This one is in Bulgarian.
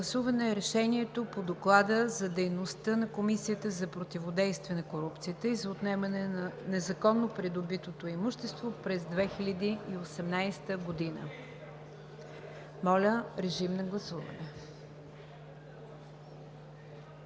гласуване Решението по Доклада за дейността на Комисията за противодействие на корупцията и за отнемане на незаконно придобитото имущество през 2018 г. Гласували